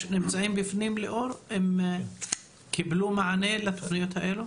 ליאור, הם קיבלו מענה לתוכניות האלה?